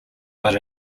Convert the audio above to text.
but